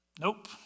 Nope